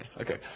okay